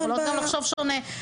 אנחנו יכולות גם לחשוב שונה.